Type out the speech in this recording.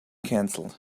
cancelled